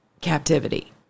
captivity